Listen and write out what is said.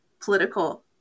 political